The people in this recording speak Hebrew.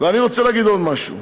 אני רוצה להגיד עוד משהו.